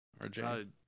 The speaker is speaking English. RJ